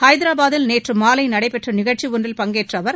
ஹைதராபாத்தில் நேற்று மாலை நடைபெற்ற நிகழ்ச்சி ஒன்றில் பங்கேற்ற அவர்